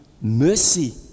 mercy